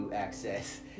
access